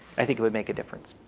i think it would make a difference.